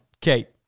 Kate